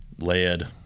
lead